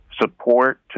support